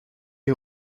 est